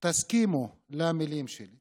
תסכימו למילים שלי.